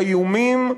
איומים,